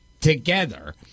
together